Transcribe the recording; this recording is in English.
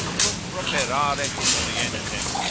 quum properaret in orientem?